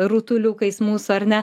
rutuliukais mūsų ar ne